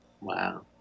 Wow